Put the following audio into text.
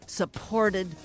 supported